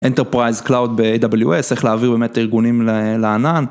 Enterprise Cloud ב-AWS, צריך להעביר באמת ארגונים לענן.